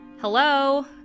Hello